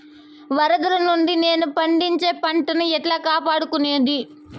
వరదలు నుండి నేను పండించే పంట ను ఎట్లా కాపాడుకునేది?